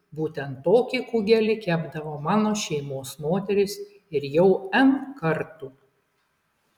būtent tokį kugelį kepdavo mano šeimos moterys ir jau n kartų